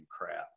crap